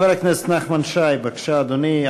חבר הכנסת נחמן שי, בבקשה, אדוני.